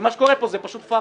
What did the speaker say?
כי מה שקורה פה זה פשוט פארסה.